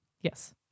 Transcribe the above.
Yes